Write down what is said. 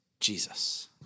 Jesus